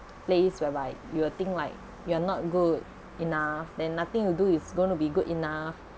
place whereby you will think like you are not good enough then nothing will do is gonna be good enough